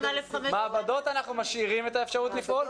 מעבדות אנחנו משאירים את האפשרות לפעול,